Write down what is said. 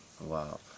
Wow